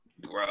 bro